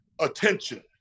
attention